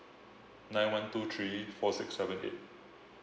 nine one two three four six seven eight